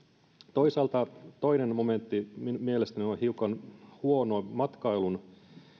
toisaalta toinen momentti mielestäni on hiukan huono matkailun